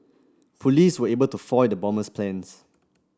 police were able to foil the bombers plans